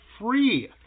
free